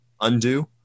undo